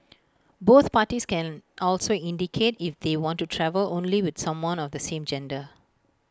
both parties can also indicate if they want to travel only with someone of the same gender